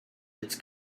its